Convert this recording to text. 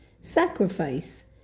sacrifice